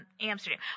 Amsterdam